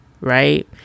right